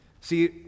See